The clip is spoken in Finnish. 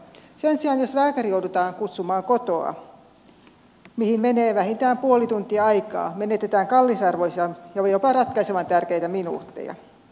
sen sijaan jos lääkäri joudutaan kutsumaan kotoa mihin menee vähintään puoli tuntia aikaa menetetään kallisarvoisia ja jopa ratkaisevan tärkeitä minuutteja